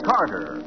Carter